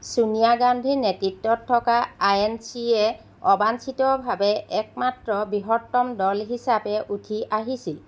ছোনিয়া গান্ধীৰ নেতৃত্বত থকা আইএনচিয়ে অবাঞ্ছিতভাৱে একমাত্ৰ বৃহত্তম দল হিচাপে উঠি আহিছিল